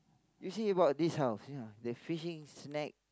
you see about this house you know the fishing snack